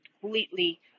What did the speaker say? completely